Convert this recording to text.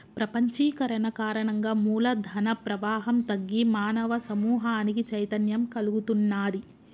ప్రపంచీకరణ కారణంగా మూల ధన ప్రవాహం తగ్గి మానవ సమూహానికి చైతన్యం కల్గుతున్నాది